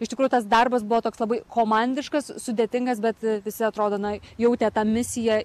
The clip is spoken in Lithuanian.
iš tikrųjų tas darbas buvo toks labai komandiškas sudėtingas bet visi atrodo na jautė tą misiją